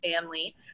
family